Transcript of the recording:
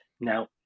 Now